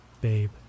Babe